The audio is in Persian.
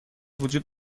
وجود